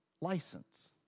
license